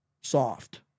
soft